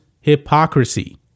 hypocrisy